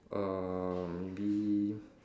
err maybe